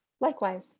Likewise